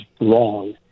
wrong